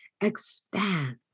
Expand